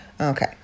Okay